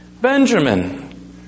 Benjamin